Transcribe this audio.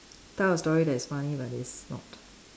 tell a story that is funny but is not